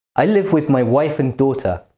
i live with my wife and daughter.